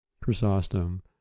chrysostom